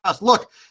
Look